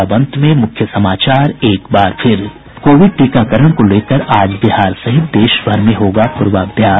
और अब अंत में मुख्य समाचार कोविड टीकाकरण को लेकर आज बिहार सहित देशभर में होगा पूर्वाभ्यास